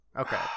Okay